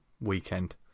weekend